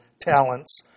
talents